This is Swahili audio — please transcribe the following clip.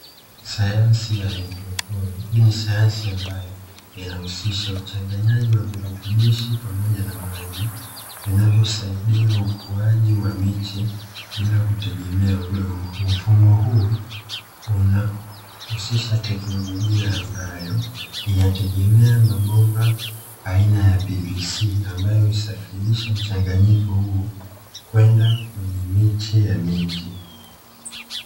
Sayansi ya Hydroponi, hii ni sayansi ambayo inahusisha uchanganyaji wa virutubishi pamoja na maji vinavyosaidia ukuaji wa miche bila kutegemea udongo. Mfumo huu unahusisha teknolojia ambayo inategemea mabomba aina ya "PVC" ambayo husafirisha mchanganyiko huo kwenda kwenye miche ya miti.